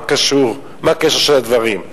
מה הקשר של הדברים?